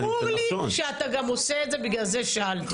ברור לי שאתה עושה את זה ולכן שאלתי.